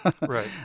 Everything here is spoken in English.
Right